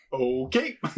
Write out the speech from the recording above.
Okay